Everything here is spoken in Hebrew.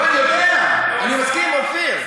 לא, אני יודע, אני מסכים, אופיר.